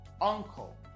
uncle